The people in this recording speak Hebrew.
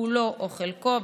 כולו או חלקו,